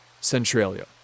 Centralia